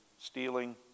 stealing